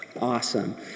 Awesome